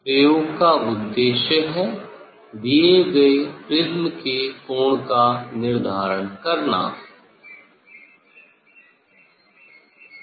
प्रयोग का उद्देश्य है दिए गए प्रिज्म के कोण को निर्धारित करना है